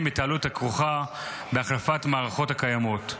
את העלות הכרוכה בהחלפת המערכות הקיימות.